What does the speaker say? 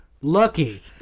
lucky